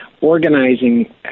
organizing